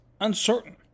uncertain